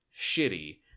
shitty